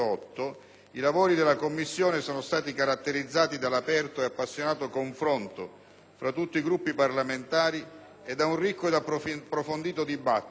i lavori della Commissione sono stati caratterizzati dall'aperto e appassionato confronto fra tutti i Gruppi parlamentari e da un ricco e approfondito dibattito,